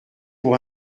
pour